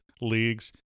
leagues